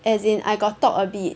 as in I got talk a bit